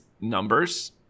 numbers